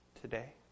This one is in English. today